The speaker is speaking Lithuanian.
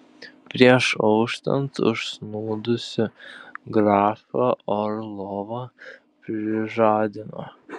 prieš auštant užsnūdusį grafą orlovą prižadino